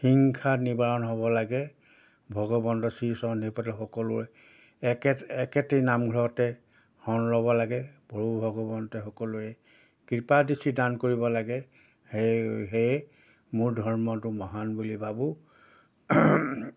হিংসা নিবাৰণ হ'ব লাগে ভগৱন্ত শ্ৰী চন্দিৰপালে সকলোৱে একে একেটি নামঘৰতে সৰণ ল'ব লাগে প্ৰভু ভগৱন্ত সকলোৰে কৃপা দৃষ্টি দান কৰিব লাগে সেয়ে সেয়ে মোৰ ধৰ্মটো মহান বুলি ভাবোঁ